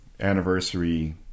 anniversary